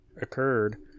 occurred